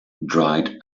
dried